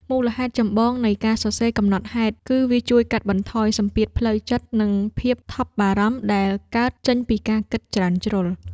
មូលហេតុចម្បងនៃការសរសេរកំណត់ហេតុ គឺវាជួយកាត់បន្ថយសម្ពាធផ្លូវចិត្ត និងភាពថប់បារម្ភដែលកើតចេញពីការគិតច្រើនជ្រុល។